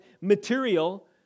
material